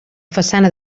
façana